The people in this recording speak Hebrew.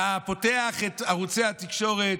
אתה פותח את ערוצי התקשורת,